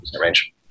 range